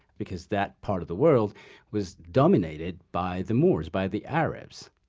because that part of the world was dominated by the moors, by the arabs.